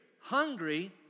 Hungry